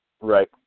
Right